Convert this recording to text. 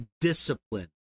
discipline